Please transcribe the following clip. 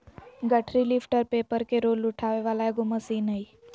गठरी lifter paper के roll उठावे वाला एगो मशीन हइ